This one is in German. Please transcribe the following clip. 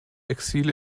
exil